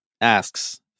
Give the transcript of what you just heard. asks